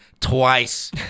twice